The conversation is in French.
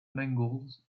mangles